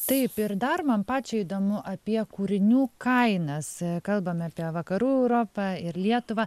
taip ir dar man pačiai įdomu apie kūrinių kainas kalbam apie vakarų europą ir lietuvą